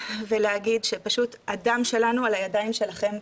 ולהגיד, שפשוט הדם שלנו על הידיים שלכם,